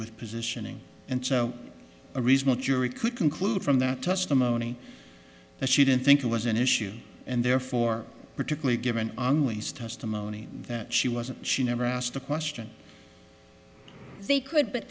with positioning and a reasonable jury could conclude from that testimony that she didn't think it was an issue and therefore particularly given on ways testimony that she wasn't she never asked the question they could but